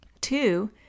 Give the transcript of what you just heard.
Two